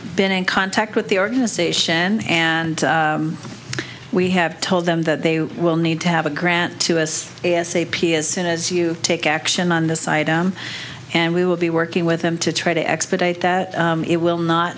been in contact with the organization and we have told them that they will need to have a grant to us a s a p as soon as you take action on this side and we will be working with them to try to expedite that it will not